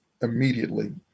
immediately